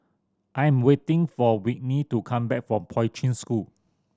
I am waiting for Whitney to come back from Poi Ching School